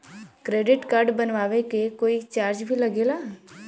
Credit card बनवावे के कोई चार्ज भी लागेला?